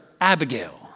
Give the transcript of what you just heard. Abigail